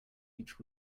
each